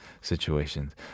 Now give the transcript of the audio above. situations